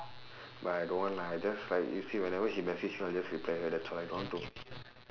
but I don't want lah I just like you see whenever she message me I will just reply her that's why I don't want to